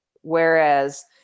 whereas